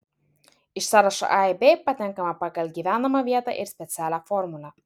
iš sąrašo a į b patenkama pagal gyvenamą vietą ir specialią formulę